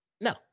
No